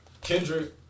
Kendrick